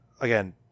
again